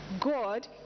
God